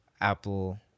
Apple